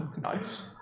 Nice